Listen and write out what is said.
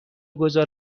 گذار